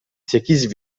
sekiz